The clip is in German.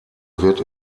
wird